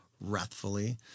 wrathfully